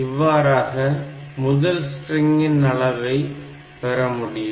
இவ்வாறாக முதல் ஸ்ட்ரிங்கின் அளவை பெறமுடியும்